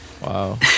Wow